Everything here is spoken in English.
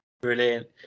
Brilliant